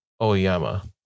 Oyama